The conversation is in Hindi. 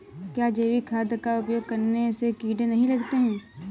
क्या जैविक खाद का उपयोग करने से कीड़े नहीं लगते हैं?